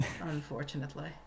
Unfortunately